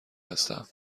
هستم